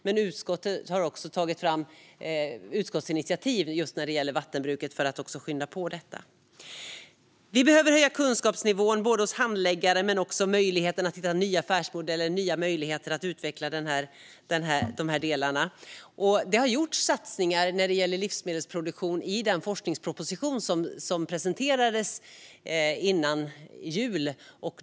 Men utskottet har också tagit fram utskottsinitiativ när det gäller just vattenbruket för att skynda på detta. Vi behöver höja kunskapsnivån hos handläggare men också öka möjligheten att hitta nya affärsmodeller för att utveckla de här delarna. Det har gjorts satsningar när det gäller livsmedelsproduktion i den forskningsproposition som presenterades före jul.